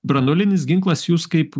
branduolinis ginklas jūs kaip